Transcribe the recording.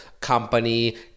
company